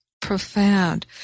profound